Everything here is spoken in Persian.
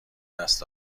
دست